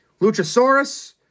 Luchasaurus